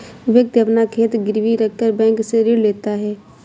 व्यक्ति अपना खेत गिरवी रखकर बैंक से ऋण लेता है